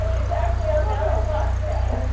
it's actually about a cocktail.